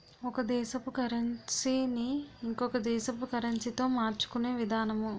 ఒక దేశపు కరన్సీ ని ఇంకొక దేశపు కరెన్సీతో మార్చుకునే విధానము